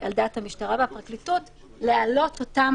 על דעת המשטרה והפרקליטות להעלות אותם